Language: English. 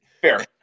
Fair